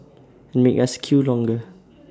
and make us queue longer